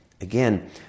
again